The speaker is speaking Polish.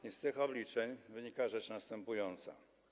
I z tych obliczeń wynika rzecz następująca.